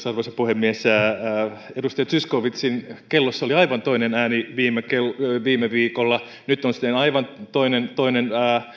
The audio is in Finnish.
arvoisa puhemies edustaja zyskowiczin kellossa oli aivan toinen ääni viime viime viikolla nyt on sitten aivan toinen toinen